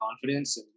confidence